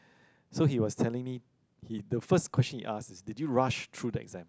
so he was telling me he the first question he asked is did you rush through the exam